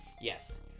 Yes